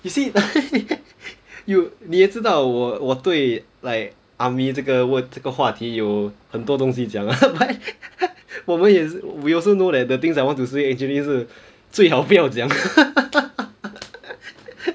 you see you 你也知道我我对 like army 这个问这个话题有很多东西讲 lah but 我们也是 we also know that the things I want to say actually 是最好不要讲